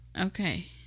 Okay